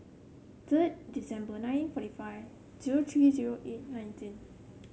third December nine forty five zero three zero eight nineteen